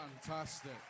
Fantastic